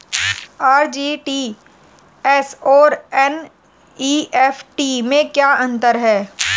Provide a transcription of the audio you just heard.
RTGS और NEFT में क्या अंतर है?